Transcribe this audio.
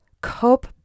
cope